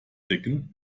decken